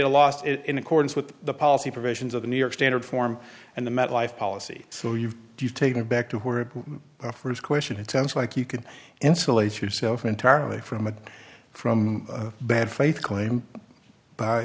ta last in accordance with the policy provisions of the new york standard form and the met life policy so you do you take it back to where it first question it sounds like you could insulate yourself entirely from a from bad faith claim b